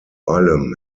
allem